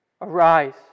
Arise